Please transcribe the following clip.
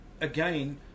Again